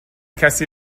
کسی